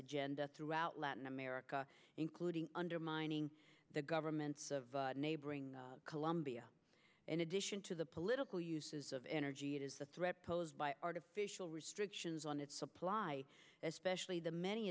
agenda throughout latin america including undermining the governments of neighboring colombia in addition to the political uses of energy that is the threat posed by artificial restrictions on its supply especially the many